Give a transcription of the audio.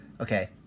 okay